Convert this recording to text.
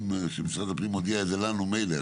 זה שמשרד הפנים הודיע את זה לנו, מילא.